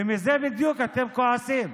ומזה בדיוק אתם כועסים.